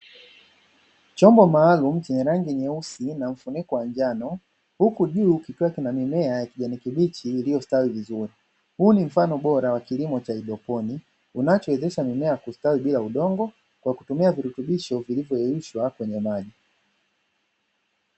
Chombo maalumu chenye rangi nyeusi na mfuniko wa njano huku juu kikiwa kina mimea ya kijani kibichi iliyostawi vizuri, huu ni mfano bora wa kilimo cha haidroponi unachowezesha mimea kustawi bila udongo kwa kutumia virutubisho vilivyoyeyushwa kwenye maji.